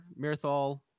Mirthal